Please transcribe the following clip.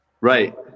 Right